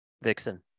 Vixen